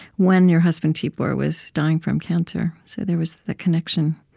when your husband, tibor, was dying from cancer. so there was the connection